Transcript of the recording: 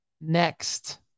next